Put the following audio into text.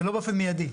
ולא באופן מיידי.